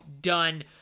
done